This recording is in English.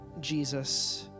Jesus